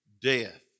death